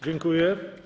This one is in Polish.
Dziękuję.